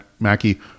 Mackey